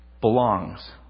Belongs